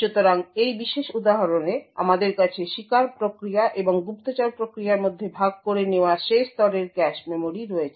সুতরাং এই বিশেষ উদাহরণে আমাদের কাছে শিকার প্রক্রিয়া এবং গুপ্তচর প্রক্রিয়ার মধ্যে ভাগ করে নেওয়া শেষ স্তরের ক্যাশ মেমরি রয়েছে